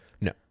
No